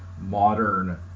modern